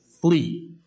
flee